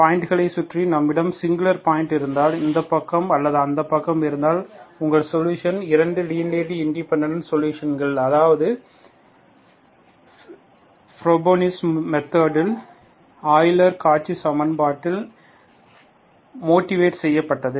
பாயிண்ட்களை சுற்றி நம்மிடம் singular point இருந்தால் இந்தப் பக்கம் அல்லது அந்தப் பக்கம் இருந்தால் உங்கள் சொலுஷன்கள் 2 லீனியர்லி இண்டிபெண்டன்ட் சொலுஷன்கள் அதாவது ஃப்ரோபீனியஸ் முறையால் இது ஆயிலர் காச்சி சமன்பாட்டால் மோட்டிவேட் செய்யப்பட்டது